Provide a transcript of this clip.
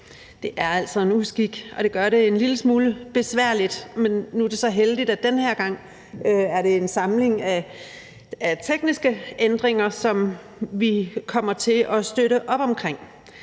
altså er en uskik, og det gør det en lille smule besværligt. Nu er det så heldigt den her gang, at det er en samling af tekniske ændringer, som vi kommer til at støtte op om